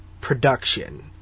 production